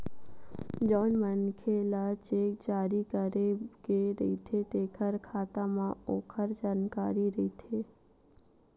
जउन मनखे ल चेक जारी करे गे रहिथे तेखर खाता म ओखर जानकारी रहिथे